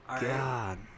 God